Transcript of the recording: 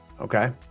Okay